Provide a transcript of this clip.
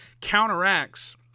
counteracts